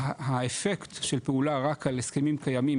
שהאפקט של פעולה רק על הסכמים קיימי,